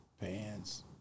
pants